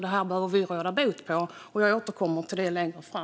Det här behöver vi råda bot på. Jag återkommer till det längre fram.